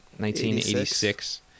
1986